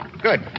Good